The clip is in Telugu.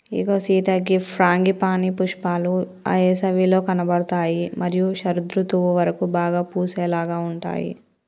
ఇగో సీత గీ ఫ్రాంగిపానీ పుష్పాలు ఏసవిలో కనబడుతాయి మరియు శరదృతువు వరకు బాగా పూసేలాగా ఉంటాయి